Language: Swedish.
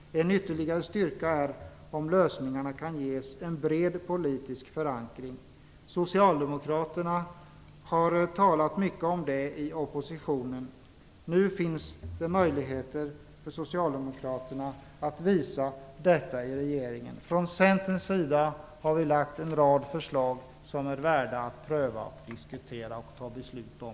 Att ge lösningarna en bred politisk förankring skulle innebära en ytterligare styrka. Socialdemokraterna har talat mycket om det i opposition. Nu finns det möjligheter för Socialdemokraterna att visa detta i regeringen. Vi har från Centerns sida lagt fram en rad förslag som som är värda att pröva, diskutera och fatta beslut om.